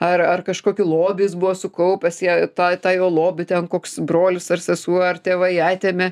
ar ar kažkokį lobį jis buvo sukaupęs tie toj tą jo lobį ten koks brolis ar sesuo ar tėvai atėmė